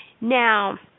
Now